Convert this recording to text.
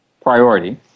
priority